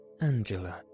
Angela